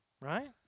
right